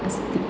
अस्ति